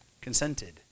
consented